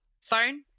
phone